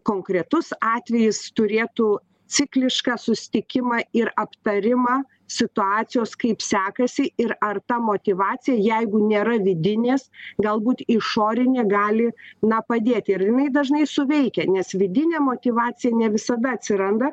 konkretus atvejis turėtų ciklišką susitikimą ir aptarimą situacijos kaip sekasi ir ar ta motyvacija jeigu nėra vidinės galbūt išorinė gali na padėti ir jinai dažnai suveikia nes vidinė motyvacija ne visada atsiranda